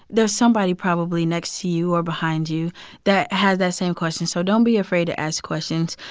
there's somebody probably next to you or behind you that has that same question. so don't be afraid to ask questions.